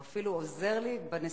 הוא אפילו עוזר לי בנשיאות.